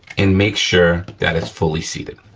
and make sure that it's fully seated.